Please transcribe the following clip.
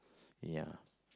ya